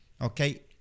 Okay